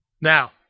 Now